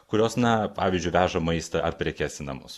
kurios na pavyzdžiui veža maistą ar prekes į namus